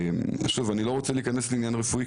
אני לא רוצה להיכנס לעניין רפואי,